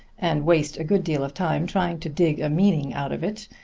and waste a good deal of time trying to dig a meaning out of it.